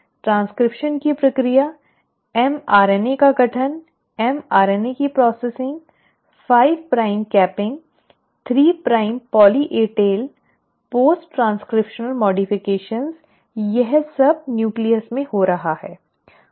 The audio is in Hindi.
ट्रांसक्रिप्शन की प्रक्रिया mRNA का गठनmRNA की processing 5 prime capping 3 prime poly A tail post transcriptional संशोधनों यह सब न्यूक्लियस में हो रहा है